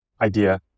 idea